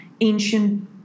ancient